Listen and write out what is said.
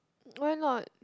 why not